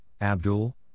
Abdul